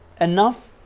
enough